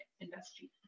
industry